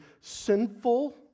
sinful